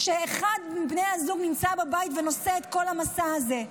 כשאחד מבני הזוג נמצא בבית ונושא את כל המסע הזה.